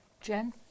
Jen